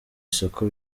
isoko